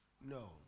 No